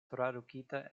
tradukita